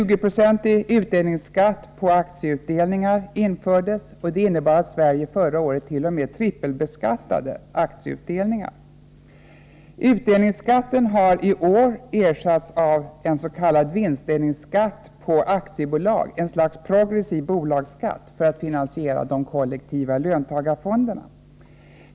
Utdelningsskatten har i år ersatts av en s.k. vinstdelningsskatt på aktiebolag, ett slags progressiv bolagsskatt, för att finansiera de kollektiva löntagarfonderna.